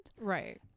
right